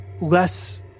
less